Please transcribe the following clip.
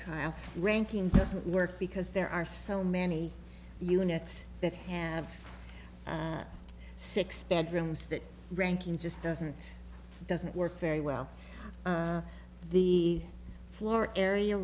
kyle ranking doesn't work because there are so many units that have six bedrooms that ranking just doesn't doesn't work very well the floor area